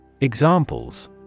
Examples